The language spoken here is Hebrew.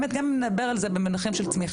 באמת, גם אם נדבר על זה במונחים של צמיחה.